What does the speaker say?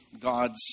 God's